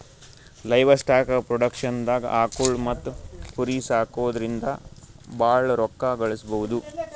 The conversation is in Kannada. ಲೈವಸ್ಟಾಕ್ ಪ್ರೊಡಕ್ಷನ್ದಾಗ್ ಆಕುಳ್ ಮತ್ತ್ ಕುರಿ ಸಾಕೊದ್ರಿಂದ ಭಾಳ್ ರೋಕ್ಕಾ ಗಳಿಸ್ಬಹುದು